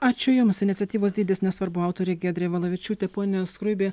ačiū jums iniciatyvos dydis nesvarbu autorė giedrė valavičiūtė pone skruibi